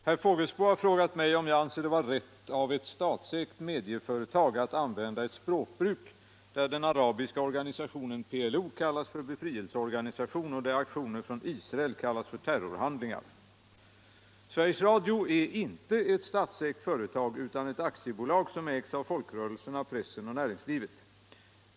Herr talman! Herr Fågelsbo har frågat mig om jag anser det vara rätt av ett statsägt medieföretag att använda ett språkbruk där den arabiska organisationen PLO kallas för befrielseorganisation och där aktioner från Israel kallas för terrorhandlingar. Sveriges Radio är inte ett statsägt företag utan ett aktiebolag som ägs av folkrörelserna, pressen och näringslivet.